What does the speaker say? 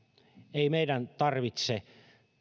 ei meidän tarvitse